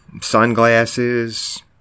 sunglasses